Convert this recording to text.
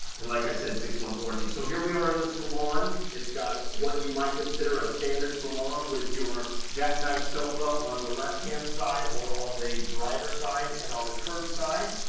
and like i said six-month warranty. so here we are in the salon. it's got what you might consider a standard salon with your jackknife sofa on the left-hand side or on the driver side, and on the curbside,